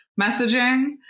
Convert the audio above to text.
messaging